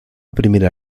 primera